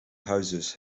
houses